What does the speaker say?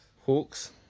Hawks